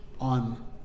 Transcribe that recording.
on